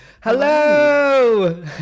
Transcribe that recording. Hello